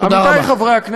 תודה רבה.